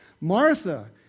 Martha